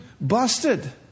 busted